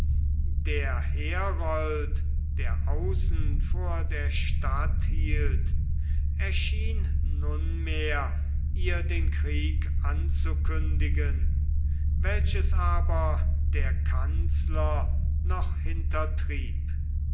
der herold der außen vor der stadt hielt erschien nunmehr ihr den krieg anzukündigen welches aber der kanzler noch hintertrieb